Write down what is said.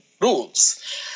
rules